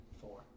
Four